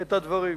את הדברים.